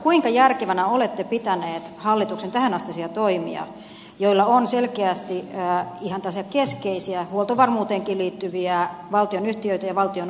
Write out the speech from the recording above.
kuinka järkevänä olette pitänyt hallituksen tähänastisia toimia joilla on selkeästi ihan tällaisia keskeisiä huoltovarmuuteenkin liittyviä valtionyhtiöitä ja valtion omistajuuksia vähennetty